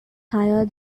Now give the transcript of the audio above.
higher